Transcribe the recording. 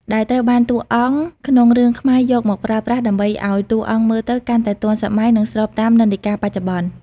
ដែលត្រូវបានតួអង្គក្នុងរឿងខ្មែរយកមកប្រើប្រាស់ ដើម្បីឲ្យតួអង្គមើលទៅកាន់តែទាន់សម័យ និងស្របតាមនិន្នាការបច្ចុប្បន្ន។